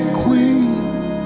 queen